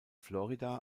florida